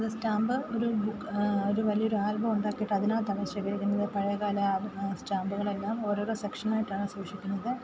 അത് സ്റ്റാമ്പ് ഒരു ഒരു വലിയ ഒരു ആൽബവുമുണ്ടാക്കിയിട്ട് അതിനകത്താണ് ശേഖരിക്കുന്നത് പഴയകാല സ്റ്റാമ്പുകളെല്ലാം ഓരോ ഓരോ സെക്ഷനായിട്ടാണ് സൂക്ഷിക്കുന്നത്